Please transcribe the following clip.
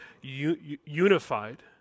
unified